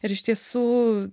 ir iš tiesų